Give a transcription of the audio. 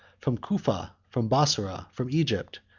from cufa, from bassora, from egypt,